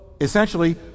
essentially